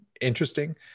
interesting